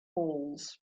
balls